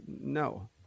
no